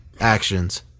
actions